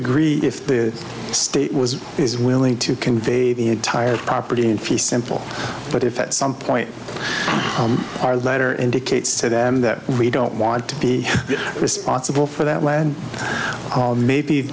agree if the state was is willing to convey the entire property in fee simple but if at some point our letter indicates to them that we don't want to be responsible for that land maybe